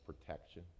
protection